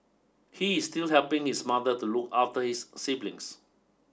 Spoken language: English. he is still helping his mother to look after his siblings